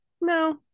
No